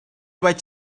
vaig